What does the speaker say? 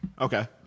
Okay